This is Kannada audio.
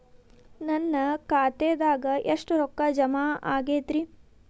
ನನ್ನ ಖಾತೆದಾಗ ಎಷ್ಟ ರೊಕ್ಕಾ ಜಮಾ ಆಗೇದ್ರಿ?